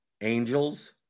Angels